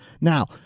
Now